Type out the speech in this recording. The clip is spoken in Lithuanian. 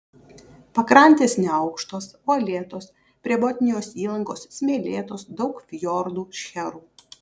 pakrantės neaukštos uolėtos prie botnijos įlankos smėlėtos daug fjordų šcherų